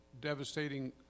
devastating